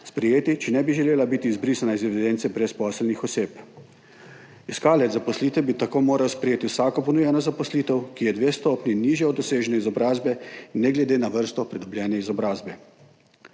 sprejeti, če ne bi želela biti izbrisana iz evidence brezposelnih oseb. Iskalec zaposlitve bi tako moral sprejeti vsako ponujeno zaposlitev, ki je dve stopnji nižja od dosežene izobrazbe, ne glede na vrsto pridobljene izobrazbe.